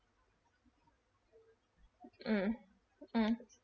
mm mm